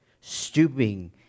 stooping